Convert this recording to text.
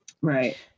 Right